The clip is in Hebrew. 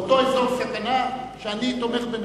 באותו אזור סכנה, שאני תומך במחבלים.